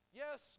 yes